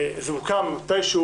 זה הוקם מתישהו